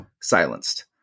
silenced